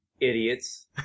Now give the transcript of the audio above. idiots